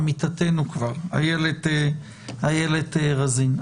עמיתתנו איילת רזין.